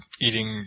eating